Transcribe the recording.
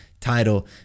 title